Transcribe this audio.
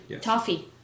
Toffee